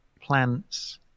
plants